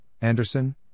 Anderson